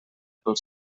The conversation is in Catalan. pel